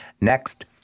Next